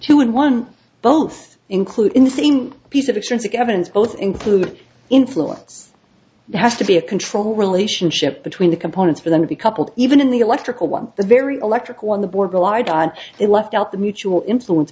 two and one both include in the same piece of extensive evidence both include influence has to be a control relationship between the components for them to be coupled even in the electrical one the very electrical on the board relied on it left out the mutual influence